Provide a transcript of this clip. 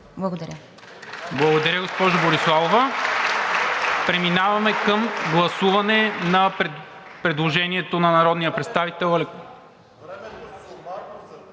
Благодаря